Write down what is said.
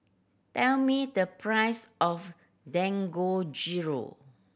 tell me the price of Dangojiru